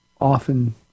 often